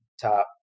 top